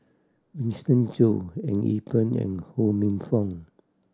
Winston Choo Eng Yee Peng and Ho Minfong